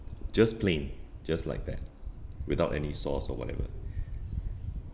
just plain just like that without any sauce or whatever